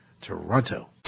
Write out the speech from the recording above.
toronto